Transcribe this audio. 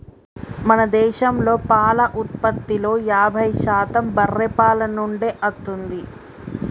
మన దేశంలో పాల ఉత్పత్తిలో యాభై శాతం బర్రే పాల నుండే అత్తుంది